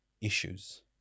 issues